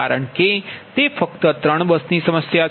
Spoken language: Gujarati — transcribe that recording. કારણ કે તે ફક્ત 3 બસની સમસ્યા છે